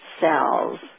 cells